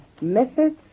methods